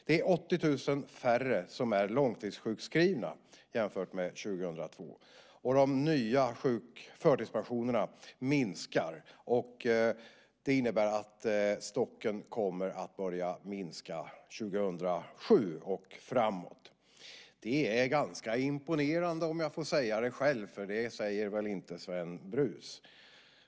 Det är 80 000 färre som är långtidssjukskrivna jämfört med 2002, och de nya förtidspensionerna minskar. Det innebär att stocken kommer att börja minska 2007 och att det kommer att fortsätta så framåt. Det är ganska imponerande om jag får säga det själv, för det säger väl inte Sven Brus.